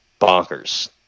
bonkers